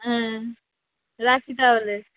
অ্যাঁ রাখি তাহলে